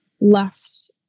left